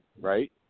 right